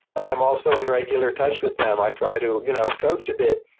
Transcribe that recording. i'm also in regular touch with them. i try to you know coach a bit,